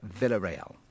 Villarreal